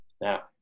Now